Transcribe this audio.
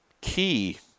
key